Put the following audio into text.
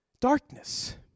darkness